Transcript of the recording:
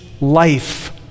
life